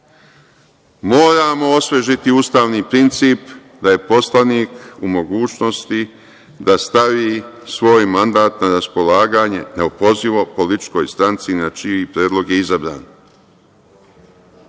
mandat. Moramo osvežiti ustavni princip da je poslanik u mogućnosti da stavi svoj mandat na raspolaganje neopozivo političkoj stranci na čiji predlog je izabran. Ima